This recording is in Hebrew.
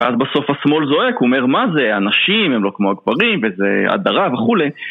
אז בסוף השמאל זועק, אומר מה זה, הנשים הם לא כמו הגברים, וזה הדרה וכולי